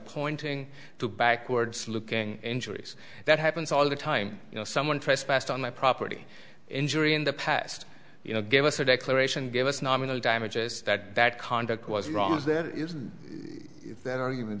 pointing to backwards looking injuries that happens all the time you know someone trespassed on my property injury in the past you know give us a declaration give us nominal damages that that conduct was wrong if there isn't